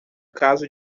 caso